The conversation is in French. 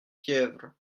fièvre